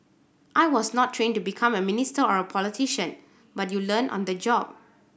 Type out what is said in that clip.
I was not trained to become a minister or a politician but you learn on the job